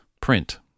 print